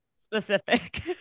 specific